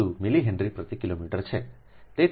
602 millihenry પ્રતિ kilometre છે